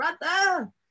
brother